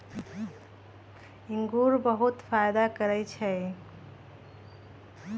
इंगूर बहुते फायदा करै छइ